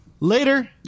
Later